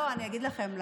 לא, אני אגיד לכם למה,